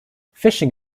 fishing